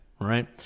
right